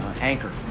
anchor